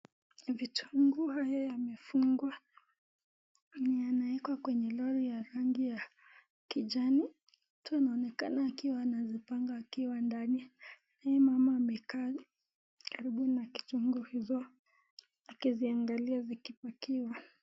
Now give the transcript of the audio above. Vitunguu haya yamefungwa na yanaekwa kwenye lori ya rangi ya kijani, watu anaonekana wakiwa wanazipanga wakiwa ndani, naye mama amekaa karibu na kitunguu hizo akiziangalia zikipakiwa.